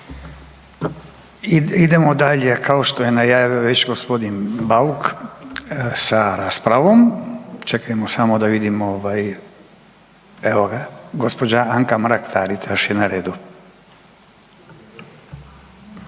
Idemo dalje, kao što je najavio već gospodin Bauk, sa raspravom, čekajmo samo da vidio ovaj, evo ga, gospođa Anka Mrak Taritaš je na redu. A